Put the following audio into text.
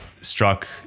struck